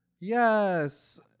yes